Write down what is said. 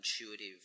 intuitive